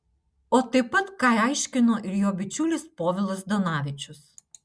o taip pat ką aiškino ir jo bičiulis povilas zdanavičius